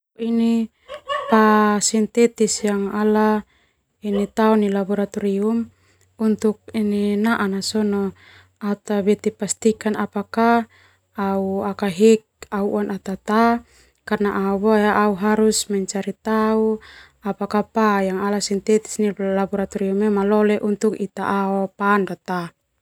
Pa sintetis yang ala tao neu laboratorium au ta pastikan apakah au bisa ua atau ta dan au harus cari tau malole untuk ita kesehatan do ta.